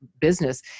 business